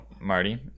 Marty